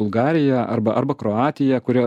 bulgarija arba arba kroatija kuria